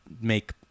make